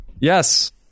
Yes